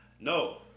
No